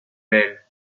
belle